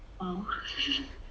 !wow!